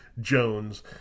Jones